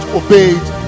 obeyed